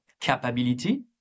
capability